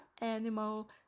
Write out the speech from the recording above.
animal